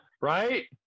Right